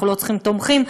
אנחנו לא צריכים תומכים,